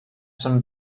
some